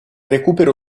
recupero